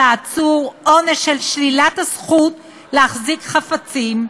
עצור עונש של שלילת הזכות להחזיק חפצים,